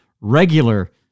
regular